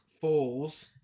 Falls